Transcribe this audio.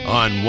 on